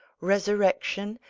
resurrection,